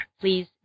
please